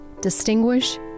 Distinguish